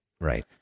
Right